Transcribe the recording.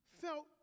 felt